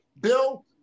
Bill